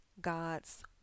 God's